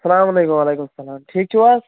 اسلامُ علیکم وعلیکم سلام ٹھیٖک چھُو حظ